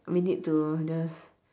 we need to just